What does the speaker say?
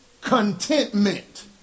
contentment